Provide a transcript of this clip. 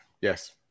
Yes